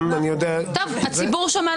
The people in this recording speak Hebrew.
הציבור שמע,